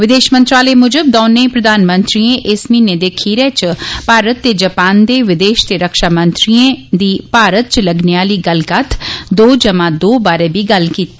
विदेश मंत्रालय मूजब दौने प्रधानमंत्रिए इस म्हीने दे खीरै च भारत ते जापान दे विदेश ते रक्षा मंत्रिए दी भारत च लगने आली गल्लबात ''दो जमा दो'' बारे बी गल्ल कीती